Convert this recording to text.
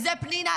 פנינה,